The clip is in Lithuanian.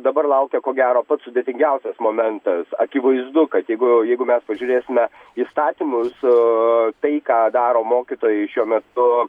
dabar laukia ko gero pats sudėtingiausias momentas akivaizdu kad jeigu jeigu mes pažiūrėsime įstatymus tai ką daro mokytojai šiuo metu